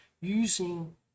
using